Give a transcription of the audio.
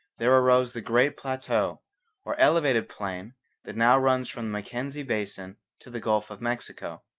there arose the great plateau or elevated plain that now runs from the mackenzie basin to the gulf of mexico.